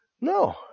No